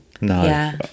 No